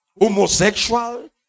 Homosexual